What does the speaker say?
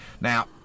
now